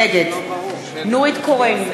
נגד נורית קורן,